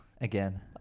again